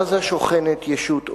בעזה שוכנת ישות אויב.